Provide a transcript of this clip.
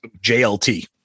jlt